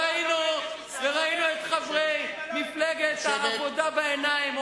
ראינו את חברי מפלגת העבודה בעיניים,